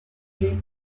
j’aie